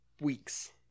weeks